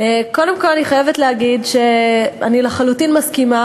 קודם כול אני חייבת להגיד שאני לחלוטין מסכימה